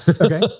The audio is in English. Okay